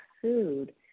food